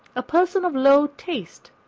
a person of low taste,